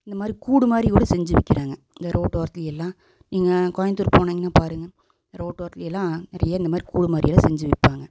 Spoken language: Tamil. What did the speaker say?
இந்த மாதிரி கூடு மாதிரி கூட செஞ்சி விற்க்கிறாங்க இந்த ரோட்டோரத்துலேயெல்லாம் நீங்கள் கோயம்பத்தூர் போனிங்கன்னா பாருங்க ரோட்டோரத்துலயெல்லாம் நிறைய இந்த மாதிரி கூடு மாதிரிலான் செஞ்சி விற்பாங்க